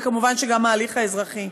וכמובן גם ההליך האזרחי.